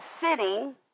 sitting